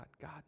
God